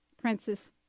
princess